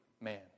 man